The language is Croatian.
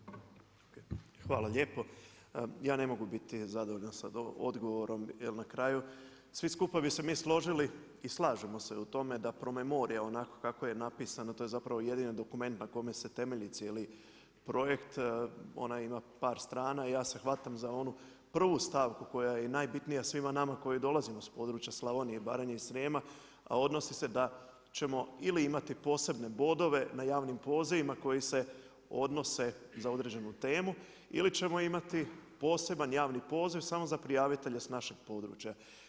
Hvala lijepo ja ne mogu biti zadovoljan sa odgovorom jer na kraju svi skupa bi se mi složili i slažemo se u tome da promemorija, onako kako je napisano, to je zapravo jedini dokument na kojemu se temelji cijeli projekt, ona ima par strana i ja se hvatam za onu prvu stavku koja je i najbitnija svima nama koji dolazimo sa područja Slavonije i Baranje i Srijema a odnosi se da ćemo ili imati posebne bodove na javnim pozivima koji se odnose za određenu temu, ili ćemo imati poseban javni poziv samo za prijavitelje sa našeg područja.